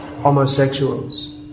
homosexuals